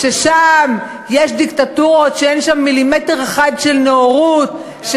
ששם יש דיקטטורות ואין שם מילימטר אחד של נאורות,